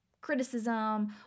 criticism